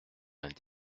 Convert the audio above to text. vingt